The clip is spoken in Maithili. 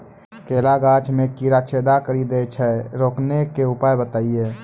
केला गाछ मे कीड़ा छेदा कड़ी दे छ रोकने के उपाय बताइए?